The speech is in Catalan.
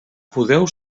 podeu